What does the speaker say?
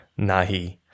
Nahi